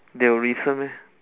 they will listen meh